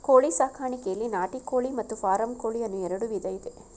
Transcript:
ಕೋಳಿ ಸಾಕಾಣಿಕೆಯಲ್ಲಿ ನಾಟಿ ಕೋಳಿ ಮತ್ತು ಫಾರಂ ಕೋಳಿ ಅನ್ನೂ ಎರಡು ವಿಧ ಇದೆ